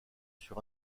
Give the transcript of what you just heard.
sur